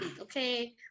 okay